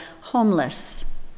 homeless